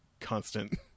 constant